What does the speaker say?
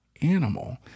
Animal